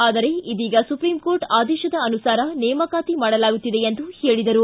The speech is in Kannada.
ಆದರೆ ಇದೀಗ ಸುಪ್ರೀಂಕೋರ್ಟ್ ಆದೇಶದ ಅನುಸಾರ ನೇಮಕಾತಿ ಮಾಡಲಾಗುತ್ತಿದೆ ಎಂದರು